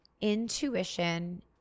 Intuition